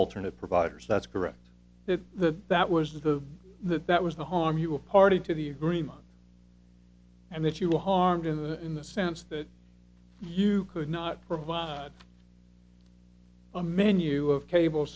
alternate providers that's correct that that was the that that was the harm you a party to the agreement and that you were harmed in the sense that you could not provide a menu of cable